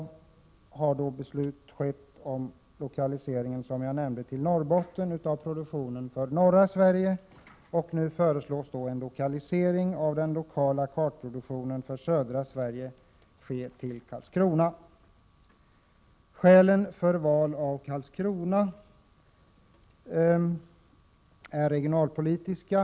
Som jag nämnde har beslut alltså fattats om lokalisering till Norrbotten av produktionen för norra Sverige, och nu föreslås en lokalisering av den lokala kartproduktionen för södra Sverige till Karlskrona. Skälen för valet av Karlskrona är regionalpolitiska.